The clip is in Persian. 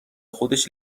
خودش